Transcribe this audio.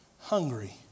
hungry